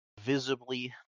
Visibly